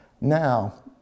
Now